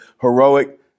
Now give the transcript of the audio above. heroic